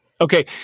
Okay